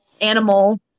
animal